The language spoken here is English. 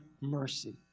mercy